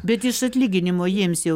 bet iš atlyginimo jiems jau